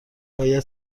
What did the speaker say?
باید